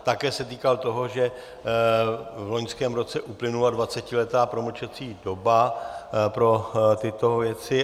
Také se týkal toho, že v loňském roce uplynula dvacetiletá promlčecí doba pro tyto věci.